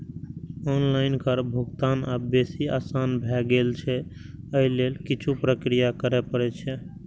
online कर भुगतान आब बेसी आसान भए गेल छै, अय लेल किछु प्रक्रिया करय पड़ै छै